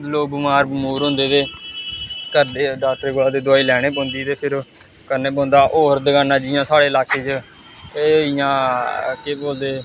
लोक बमार बमूर होंदे ते करदे डाक्टर गी आखदे दवाई लैनी पौंदी ते फिर करने पौंदा होर दकानां जियां साढ़े इलाके च एह् जियां केह् बोलदे